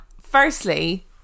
Firstly